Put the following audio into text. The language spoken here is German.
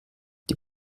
die